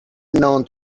known